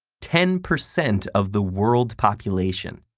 ten percent of the world population.